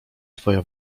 twoja